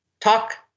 talk